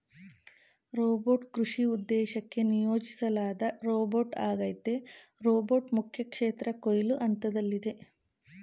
robot ಕೃಷಿ ಉದ್ದೇಶಕ್ಕೆ ನಿಯೋಜಿಸ್ಲಾದ ರೋಬೋಟ್ಆಗೈತೆ ರೋಬೋಟ್ ಮುಖ್ಯಕ್ಷೇತ್ರ ಕೊಯ್ಲು ಹಂತ್ದಲ್ಲಿದೆ